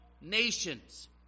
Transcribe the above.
nations